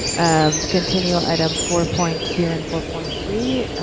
to continue item four point two and four point three.